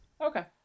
Okay